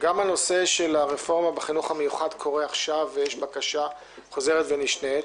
גם הנושא של הרפורמה בחינוך המיוחד קורה עכשיו ויש בקשה חוזרת ונשנית,